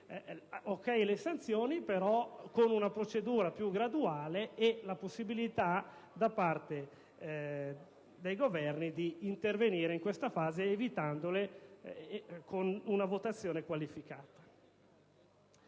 di sanzioni, ma con una procedura più graduale e con la possibilità da parte dei Governi stessi di intervenire in questa fase, evitando le sanzioni con una votazione qualificata.